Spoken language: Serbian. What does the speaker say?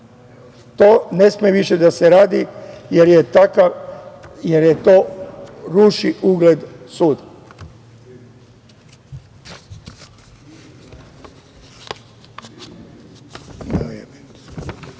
To ne sme više da se radi, jer to ruši ugled suda. Sada